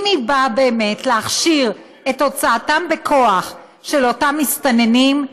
אם היא באה באמת להכשיר את הוצאתם בכוח של אותם מסתננים,